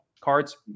cards